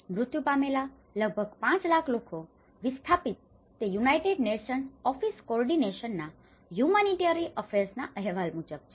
મૃત્યુ પામેલા લગભગ 5 લાખ લોકો વિસ્થાપિત તે યુનાઇટેડ નેશન્સ ઓફિસ કોઓર્ડિનેશન ના હ્યુમનિટરીઅન અફેર્સના અહેવાલ મુજબ છે